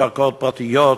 קרקעות פרטיות,